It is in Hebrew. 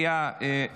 בקריאה השנייה.